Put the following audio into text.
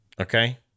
Okay